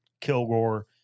Kilgore